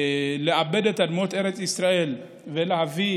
לעבד את אדמות ארץ ישראל ולהביא